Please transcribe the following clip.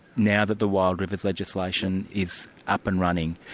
now that the wild rivers legislation is up and running?